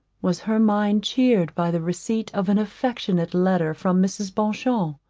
was her mind cheered by the receipt of an affectionate letter from mrs. beauchamp.